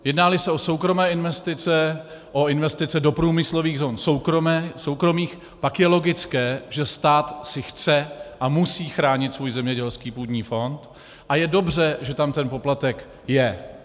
Jednáli se o soukromé investice, o investice do průmyslových zón soukromých, pak je logické, že stát si chce a musí chránit svůj zemědělský půdní fond a je dobře, že tam ten poplatek je.